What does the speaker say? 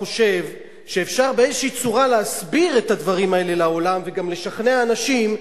חושב שאפשר באיזו צורה להסביר את הדברים האלה לעולם וגם לשכנע אנשים,